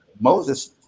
Moses